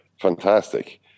fantastic